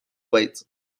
wait